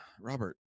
robert